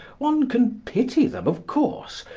one can pity them, of course,